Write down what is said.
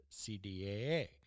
CDAA